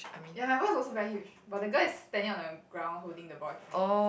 ya my ball is also very huge but the girl is standing on the ground holding the ball with a hands